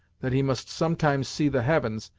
that he must some times see the heavens,